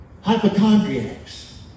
hypochondriacs